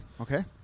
Okay